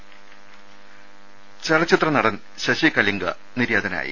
ദേദ ചലച്ചിത്ര നടൻ ശശികലിംഗ നിര്യാതനായി